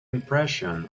impression